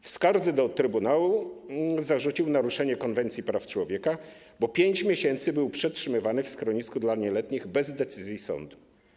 W skardze do Trybunału zarzucił naruszenie konwencji praw człowieka, bo 5 miesięcy był przetrzymywany w schronisku dla nieletnich bez decyzji sądu.